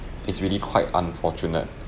it's really quite unfortunate